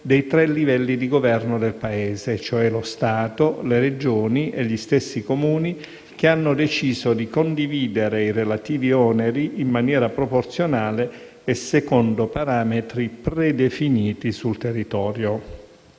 dei tre livelli di Governo del Paese: lo Stato, le Regioni e gli stessi Comuni che hanno deciso di condividere i relativi oneri in maniera proporzionale e secondo parametri predefiniti sul territorio.